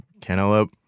cantaloupe